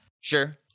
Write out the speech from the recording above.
Sure